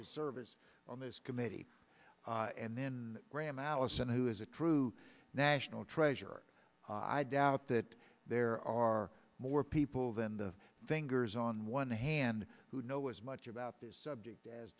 his service on this committee and then graham allison who is a true national treasure i doubt that there are more people than the fingers on one hand who know as much about this subject as